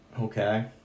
Okay